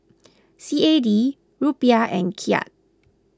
C A D Rupiah and Kyat